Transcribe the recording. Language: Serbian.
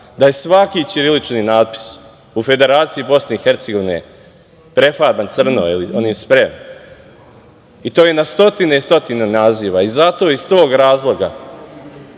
da je svaki ćirilični natpis u Federaciji BiH prefarban crno ili onim sprejom. To je na stotine i stotine naziva. Zato, iz tog razloga